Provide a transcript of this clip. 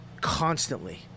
Constantly